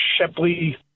Shepley